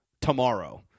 tomorrow